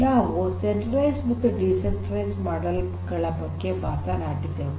ನಾವು ಸೆಂಟ್ರಲೈಜ್ಡ್ ಮತ್ತು decentralised model ಗಳ ಬಗ್ಗೆ ಮಾತನಾಡಿದೆವು